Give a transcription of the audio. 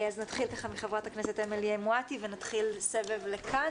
אז נתחיל עם חברת הכנסת אמילי מועטי ונתחיל סבב מכאן.